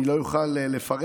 אני לא אוכל לפרט.